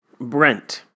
Brent